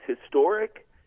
historic